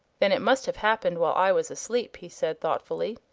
then it must have happened while i was asleep, he said thoughtfully.